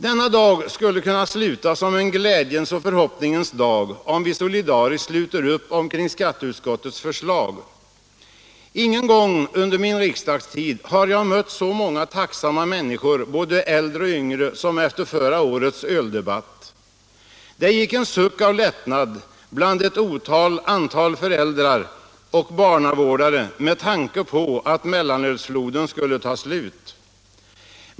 Denna dag skulle kunna sluta som en glädjens och förhoppningens dag, om vi solidariskt sluter upp kring skatteutskottets förslag. Ingen gång under min riksdagstid har jag mött så många tacksamma människor, både äldre och yngre, som efter förra årets öldebatt. Det gick en suck av lättnad bland ett otaligt antal föräldrar och barnavårdare med tanke på att mellanölsfloden skulle ta slut.